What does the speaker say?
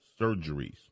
surgeries